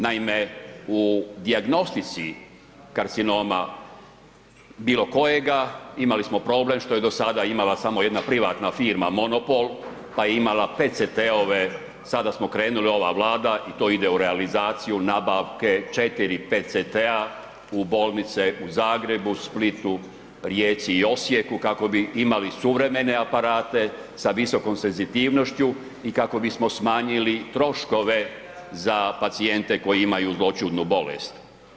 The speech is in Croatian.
Naime, u dijagnostici karcinoma, bilo kojega, imali smo problem što je do sada imala samo jedna privatna firma monopol pa je imala PCT-ove, sada smo krenuli, ova Vlada i to ide u realizaciju nabavke 4 PCT-a u bolnice u Zagrebu, Splitu, Rijeci i Osijeku, kako bi imali suvremene aparate sa visokom senzitivnošću i kako bismo smanjili troškove za pacijente koji imaju zloćudnu bolest.